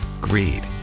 Greed